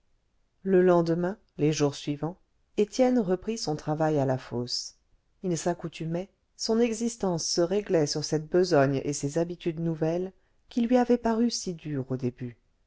le lendemain les jours suivants étienne reprit son travail à la fosse il s'accoutumait son existence se réglait sur cette besogne et ces habitudes nouvelles qui lui avaient paru si dures au début